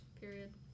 period